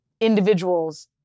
individuals